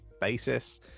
basis